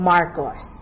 Marcos